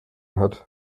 hat